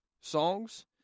songs